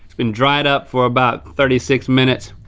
been dried up for about thirty six minutes.